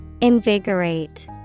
Invigorate